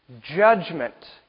judgment